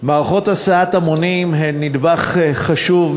מערכות הסעת המונים הן נדבך חשוב,